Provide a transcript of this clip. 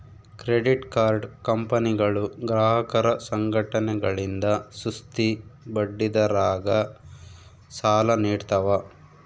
credit card ಕಂಪನಿಗಳು ಗ್ರಾಹಕರ ಸಂಘಟನೆಗಳಿಂದ ಸುಸ್ತಿ ಬಡ್ಡಿದರದಾಗ ಸಾಲ ನೀಡ್ತವ